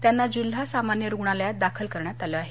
त्यांना जिल्हा सामान्य रुग्णालयात दाखल करण्यात आलं आहे